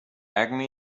acne